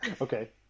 okay